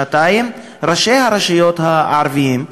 שנתיים ראשי הרשויות הערבים,